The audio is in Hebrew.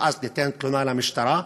ואז ניתן תלונה למשטרה,